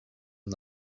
and